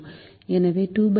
எனவே 25 25 மடங்கு 1 என்பது 0